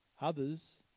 Others